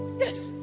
Yes